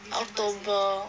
october